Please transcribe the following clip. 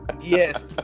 Yes